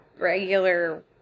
regular